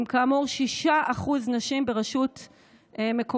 עם כאמור 6% נשים בראש רשות מקומית.